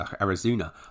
Arizona